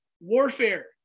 warfare